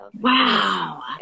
wow